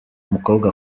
umukobwa